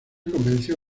convenció